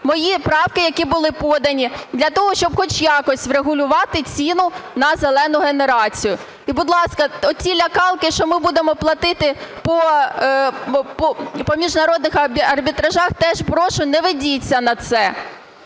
Мої правки, які були подані для того, щоб хоч якось врегулювати ціну на "зелену" генерацію. І, будь ласка, оті "лякалки" що ми будемо платити по міжнародних арбітражах, теж прошу, не ведіться на це.